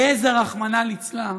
העזו, רחמנא ליצלן,